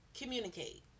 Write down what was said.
Communicate